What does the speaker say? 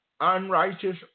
unrighteous